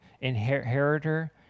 inheritor